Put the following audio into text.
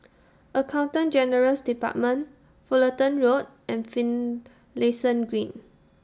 Accountant General's department Fullerton Road and Finlayson Green